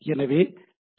எனவே டி